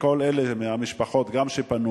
וגם את כל אלה מהמשפחות שפנו,